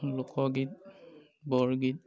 লোকগীত বৰগীত